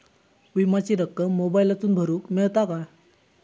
विमाची रक्कम मोबाईलातसून भरुक मेळता काय?